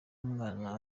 umwana